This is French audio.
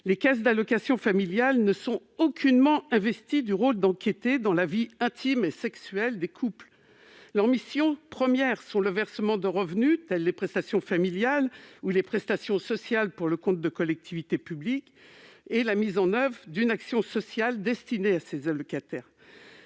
Les caisses d'allocations familiales (CAF) ne sont aucunement investies du rôle d'enquêter dans la vie intime et sexuelle des couples. Leur mission première est le versement de revenus, telles les prestations familiales ou les prestations sociales pour le compte de collectivités publiques, et la mise en oeuvre d'une action sociale destinée aux allocataires.